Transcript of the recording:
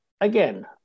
Again